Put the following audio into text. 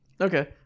Okay